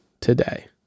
today